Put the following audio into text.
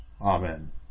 Amen